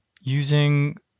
using